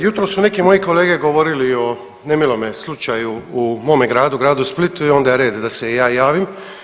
Jutros su neke moji kolege govorili o nemilome slučaju u mome gradu, gradu Splitu i onda je red da se i ja javim.